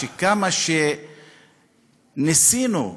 שכמה שניסינו,